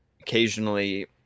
Occasionally